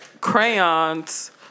crayons